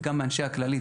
וגם אנשי הכללית,